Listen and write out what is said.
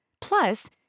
Plus